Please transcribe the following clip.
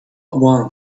one